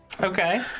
okay